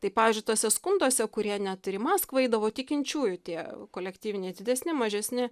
tai pavyzdžiui tuose skunduose kurie net ir į maskvą eidavo tikinčiųjų tie kolektyviniai didesni mažesni